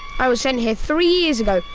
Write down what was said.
i was sent here three years ago,